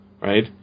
right